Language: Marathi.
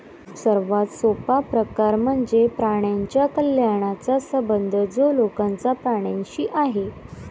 सर्वात सोपा प्रकार म्हणजे प्राण्यांच्या कल्याणाचा संबंध जो लोकांचा प्राण्यांशी आहे